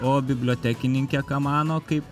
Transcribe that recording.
o bibliotekininkė ką mano kaip